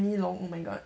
long oh my god